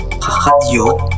Radio